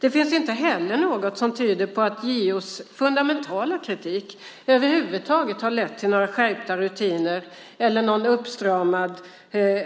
Det finns inte heller något som tyder på att JO:s fundamentala kritik över huvud taget har lett till några skärpta rutiner eller någon uppstramad